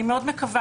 אני מאוד מקווה,